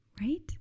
right